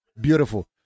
beautiful